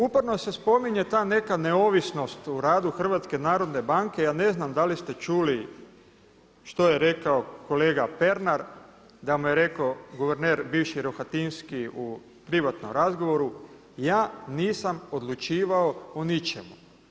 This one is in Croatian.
Uporno se spominje ta neka neovisnost u radu HNB-a, ja ne znam da li ste čuli što je rekao kolega Pernar da mu je rekao guverner bivši Rohatinski u privatnom razgovoru, ja nisam odlučivao o ničemu.